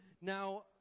Now